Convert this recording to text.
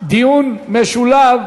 דיון משולב